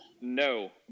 No